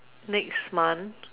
next month